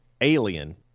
alien